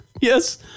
Yes